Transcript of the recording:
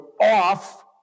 off